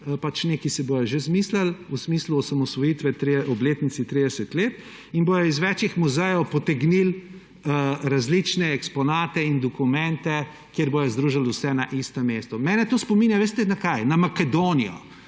pač nekaj si bodo že izmislili v smislu obletnice osamosvojitve – 30 let, in bodo iz več muzejev potegnili različne eksponate in dokumente, kjer bodo združili vse na istem mestu. Mene to spominja – veste ne kaj? Na Makedonijo.